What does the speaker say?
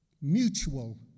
mutual